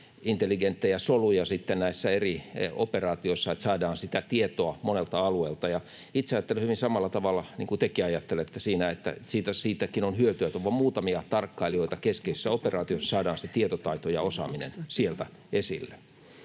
intelligenttejä soluja sitten eri operaatioissa, niin että saadaan tietoa monelta alueelta. Itse ajattelen hyvin samalla tavalla kuin tekin ajattelette siinä, että siitäkin on hyötyä, että on vain muutamia tarkkailijoita keskeisissä operaatioissa, niin että saadaan se tietotaito ja osaaminen sieltä esille.